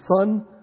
Son